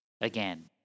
Again